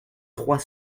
trois